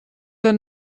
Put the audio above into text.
der